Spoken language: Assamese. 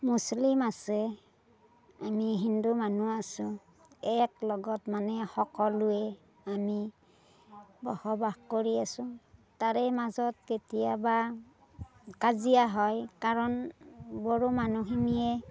মুছলিম আছে আমি হিন্দু মানুহ আছোঁ এক লগত মানে সকলোৱে আমি বসবাস কৰি আছোঁ তাৰে মাজত কেতিয়াবা কাজিয়া হয় কাৰণ বড়ো মানুহখিনিয়ে